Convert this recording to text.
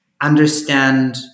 understand